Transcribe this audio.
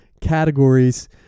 categories